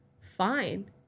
fine